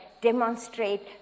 demonstrate